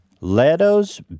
Leto's